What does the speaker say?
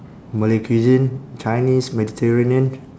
malay cuisine chinese mediterranean